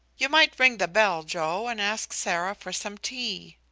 you might ring the bell, joe, and ask sarah for some tea.